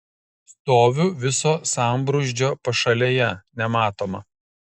stoviu viso sambrūzdžio pašalėje nematoma